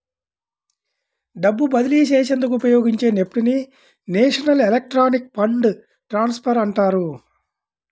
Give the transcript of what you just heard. డబ్బు బదిలీ చేసేందుకు ఉపయోగించే నెఫ్ట్ ని నేషనల్ ఎలక్ట్రానిక్ ఫండ్ ట్రాన్స్ఫర్ అంటారు